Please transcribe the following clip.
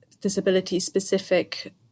disability-specific